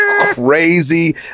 crazy